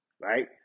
Right